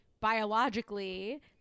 biologically